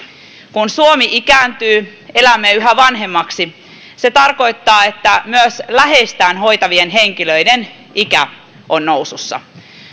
kun suomi ikääntyy elämme yhä vanhemmiksi se tarkoittaa että myös läheistään hoitavien henkilöiden ikä on nousussa